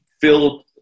filled